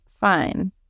fine